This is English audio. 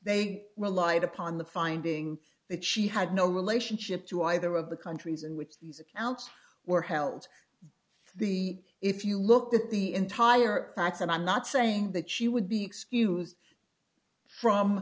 they relied upon the finding that she had no relationship to either of the countries in which these accounts were held the if you look at the entire facts and i'm not saying that she would be excused from